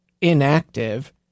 inactive